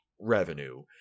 revenue